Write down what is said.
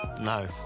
No